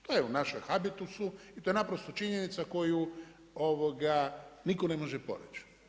To je u našem habitusu i to je naprosto činjenica koju nitko ne može poreći.